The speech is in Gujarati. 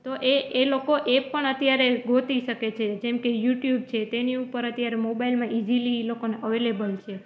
તો એ એ લોકોએ એ પણ અત્યારે ગોતી શકે છે જેમ કે યુટ્યુબ છે તેની ઉપર અત્યારે મોબાઇલમાં ઇઝીલી એ લોકોને અવેલેબલ છે